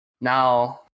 now